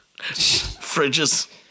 fridges